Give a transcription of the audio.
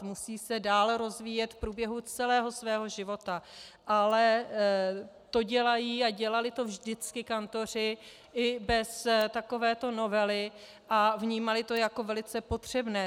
Musí se dále rozvíjet v průběhu celého svého života, ale to dělají a dělali to vždycky kantoři i bez takovéto novely a vnímali to jako velice potřebné.